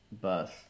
bus